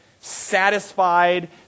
satisfied